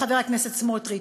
חבר הכנסת סמוטריץ,